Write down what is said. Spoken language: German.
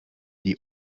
die